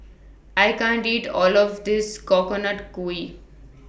I can't eat All of This Coconut Kuih